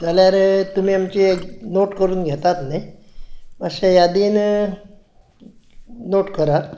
जाल्यार तुमी आमची एक नोट करून घेतात न्हय मातशें यादीन नोट करात